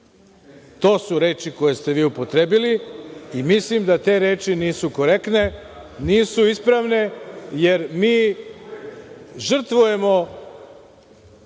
To su reči koje ste vi upotrebili i mislim da te reči nisu korektne, nisu ispravne, jer mi žrtvujemo,